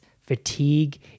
fatigue